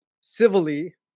civilly